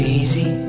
easy